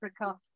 Africa